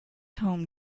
home